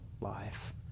life